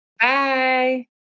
Bye